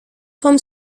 vom